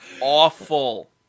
Awful